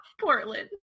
Portland